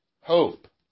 hope